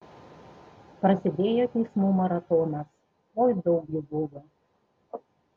prasidėjo teismų maratonas oi daug jų buvo